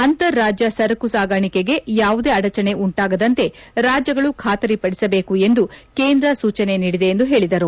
ಅಂತರ್ರಾಜ್ದ ಸರಕು ಸಾಗಣಿಕೆಗೆ ಯಾವುದೇ ಅಡಚಣೆ ಉಂಟಾಗದಂತೆ ರಾಜ್ದಗಳು ಖಾತರಿಪಡಿಸಬೇಕು ಎಂದು ಕೇಂದ್ರ ಸೂಚನೆ ನೀಡಿದೆ ಎಂದು ಹೇಳಿದರು